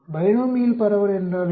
binomial பரவல் என்றால் என்ன